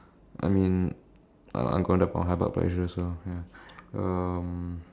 I mean I I'm gonna get high blood pressure so ya um